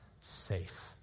safe